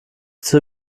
zur